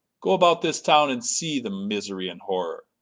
go about this town and see the misery and horror.